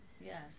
Yes